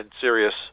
serious